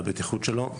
על הבטיחות שלו.